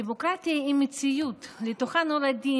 דמוקרטיה היא מציאות שלתוכה נולדים